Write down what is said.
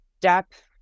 depth